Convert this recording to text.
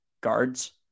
guards